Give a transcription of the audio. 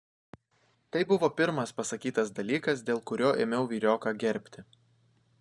tai buvo pirmas pasakytas dalykas dėl kurio ėmiau vyrioką gerbti